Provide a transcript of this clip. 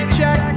check